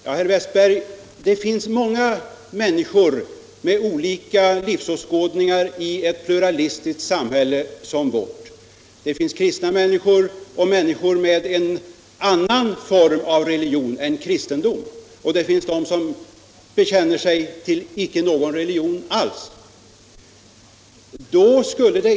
Men, herr Westberg, det finns många människor med olika livsåskådningar i ett pluralistiskt samhälle som vårt. Det finns kristna människor, det finns människor med en annan form av religion än kristendomen och det finns människor som icke alls bekänner sig till någon religion.